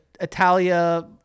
Italia